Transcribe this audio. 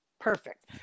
perfect